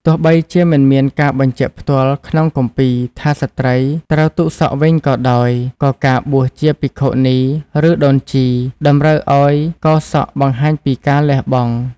ទោះបីជាមិនមានការបញ្ជាក់ផ្ទាល់ក្នុងគម្ពីរថា ស្ត្រីត្រូវទុកសក់វែងក៏ដោយ ក៏ការបួសជាភិក្ខុនីឬដូនជីតម្រូវឲ្យកោរសក់បង្ហាញពីការលះបង់។